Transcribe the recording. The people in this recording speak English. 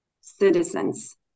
citizens